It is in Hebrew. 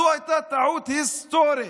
זו הייתה טעות היסטורית.